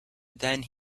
then